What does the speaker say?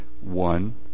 one